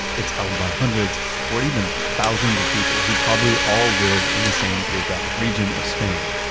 it's held by hundreds or even thousands of people who probably all live in the same geographic region of spain.